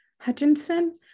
Hutchinson